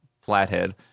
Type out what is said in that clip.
Flathead